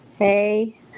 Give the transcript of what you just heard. Hey